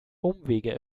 umwege